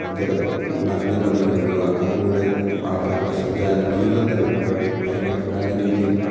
ജലം നിറഞ്ഞ് കവിഞ്ഞ് ഒഴുകുക അതിലൂടെ ആൾക്കാരുടെ സഞ്ചാരം ജീവിതം തന്നെ ഭയങ്കര നല്ല രീതിയിൽ